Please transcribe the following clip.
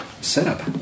setup